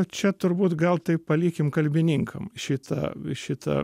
čia turbūt gal tai palikim kalbininkam šitą šitą